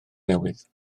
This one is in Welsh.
newydd